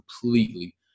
completely